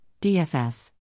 DFS